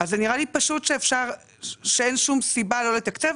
אז נראה פשוט שאין שום סיבה לא לתקצב,